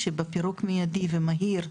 כשעושים פירוק מיידי ומהיר,